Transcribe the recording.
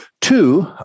Two